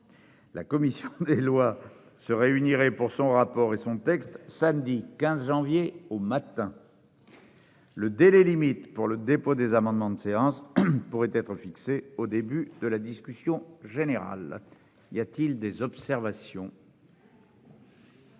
La commission des lois se réunirait, pour son rapport et son texte, le samedi 15 janvier le matin. Le délai limite pour le dépôt des amendements de séance pourrait être fixé au début de la discussion générale. Y a-t-il des observations ?